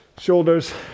shoulders